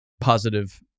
positive